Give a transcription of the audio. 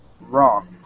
Wrong